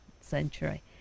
century